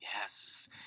Yes